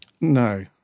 no